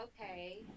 Okay